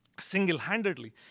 single-handedly